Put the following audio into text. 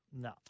no